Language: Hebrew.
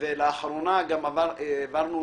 לאחרונה גם העברנו